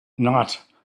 not